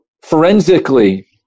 forensically